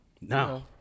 No